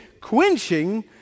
quenching